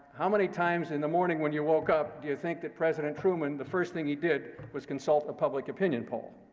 how many times in the morning when you woke up do you think that president truman, the first thing he did was consult a public opinion poll?